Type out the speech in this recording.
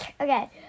Okay